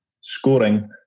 scoring